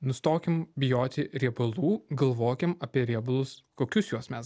nustokim bijoti riebalų galvokim apie riebalus kokius juos mes